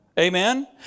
Amen